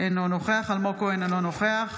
אינו נוכח אלמוג כהן, אינו נוכח